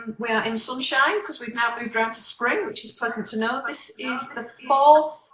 we're in sunshine cuz we've now moved around to spring. which is pleasant to know. this is the fourth